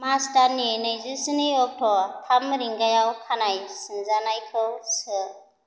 March दाननि नैजिस्नि अक्ट' थाम रिंगायाव खानाइ सिनजानायखौ सो